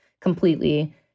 completely